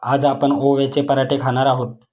आज आपण ओव्याचे पराठे खाणार आहोत